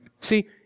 See